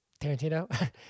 Tarantino